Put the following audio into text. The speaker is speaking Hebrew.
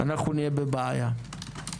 נהיה בבעיה.